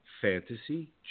Fantasy